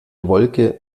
wolke